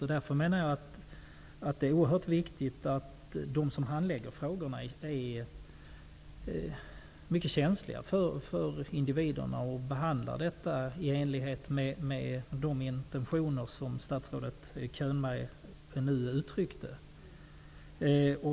Det är alltså oerhört viktigt att de som handlägger dessa frågor är mycket känsliga för individerna och behandlar detta i enlighet med de intentioner som statsrådet Könberg här uttryckte.